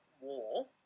war